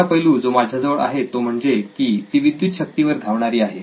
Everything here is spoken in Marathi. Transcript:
तिसरा पैलू जो माझ्याजवळ आहे तो म्हणजे की ती विद्युत शक्तीवर धावणारी आहे